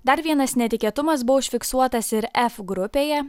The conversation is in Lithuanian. dar vienas netikėtumas buvo užfiksuotas ir f grupėje